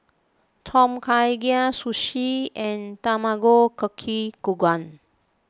Tom Kha Gai Sushi and Tamago Kake Gohan